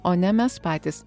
o ne mes patys